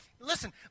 Listen